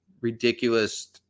ridiculous